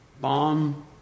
bomb